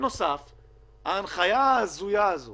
ההנחיה ההזויה הזאת